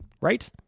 Right